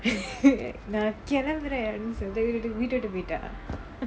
நான் கிளம்புறேன்னு அப்பிடின்னு சொல்லிட்டு வீட்டைவிட்டு போய்ட்டா:naan kilamburaenu apidinu solittu veetaivittu poittaa